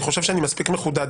אני חושב שאני מספיק מחודד.